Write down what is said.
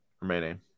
remaining